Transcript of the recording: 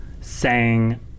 sang